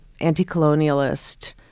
anti-colonialist